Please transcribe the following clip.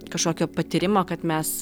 kažkokio patyrimo kad mes